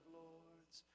lords